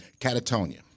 catatonia